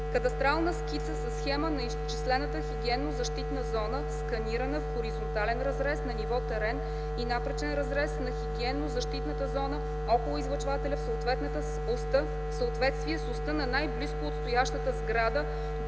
кадастрална скица със схема на изчислената хигиенно-защитна зона (сканирана) в хоризонтален разрез на ниво терен и напречен разрез на хигиенно-защитната зона около излъчвателя в съответствие с оста на най-близко отстоящата сграда до